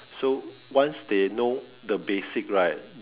so once they know the basic right